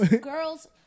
Girls